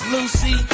Lucy